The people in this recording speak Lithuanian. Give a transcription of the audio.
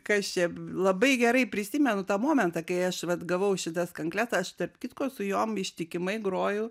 kas čia labai gerai prisimenu tą momentą kai aš vat gavau šitas kankles aš tarp kitko su jom ištikimai groju